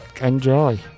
enjoy